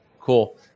cool